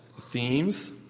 themes